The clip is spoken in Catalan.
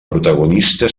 protagonista